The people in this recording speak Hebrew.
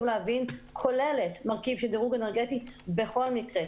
להבין כוללת מרכיב של דירוג אנרגטי בכל מקרה.